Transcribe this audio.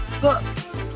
Books